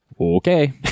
Okay